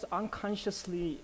unconsciously